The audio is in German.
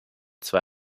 zwei